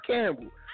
Campbell